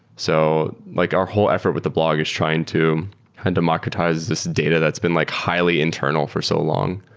so like our whole effort with the blog is trying to and democratize this data that's been like highly internal for so long,